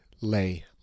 lay